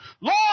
Lord